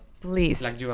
please